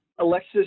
Alexis